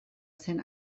zen